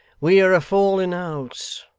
we are a fallen house.